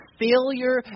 failure